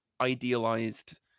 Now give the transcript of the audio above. idealized